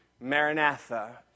Maranatha